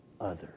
others